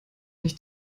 nicht